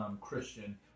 Christian